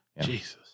Jesus